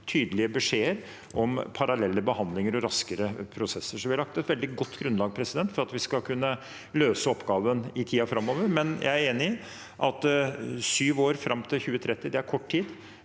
tydelige beskjeder om parallelle behandlinger og raskere prosesser. Vi har lagt et veldig godt grunnlag for at vi skal kunne løse oppgaven i tiden framover. Jeg er enig i at sju år, fram til 2030, er kort tid,